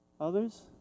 Others